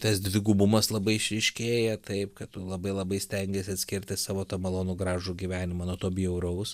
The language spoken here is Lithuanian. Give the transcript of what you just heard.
tas dvigubumas labai išryškėja taip kad tu labai labai stengiesi atskirti savo tą malonų gražų gyvenimą nuo to bjauraus